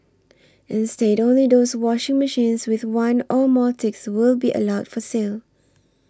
instead only those washing machines with one or more ticks will be allowed for sale